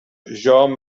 john